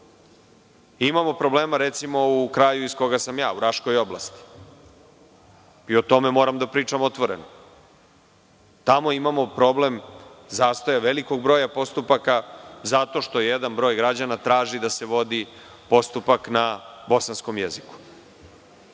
Imamo problema, recimo, u kraju iz koga sam ja, u Raškoj oblasti, i o tome moram da pričam otvoreno. Tamo imamo problem zastoja velikog broja postupaka zato što jedan broj građana traži da se vodi postupak na bosanskom jeziku. Neko